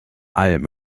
alm